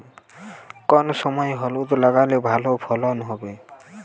কোন সময় হলুদ লাগালে ভালো ফলন হবে?